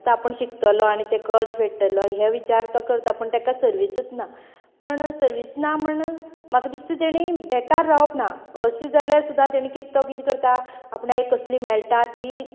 आता आपूण शिकतलो आनी ते कर्ज फेडटलो हे विचार तो करता पूण तेका सर्वीसच ना पूण सर्वीस ना म्हण म्हाका दिसता तेणी बेकार रावप ना अशी जाल्यार सुद्दां तेणी कित तो कितें करता आपल्याक एक कसली मेळटा ती